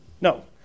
No